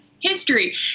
history